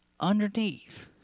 Underneath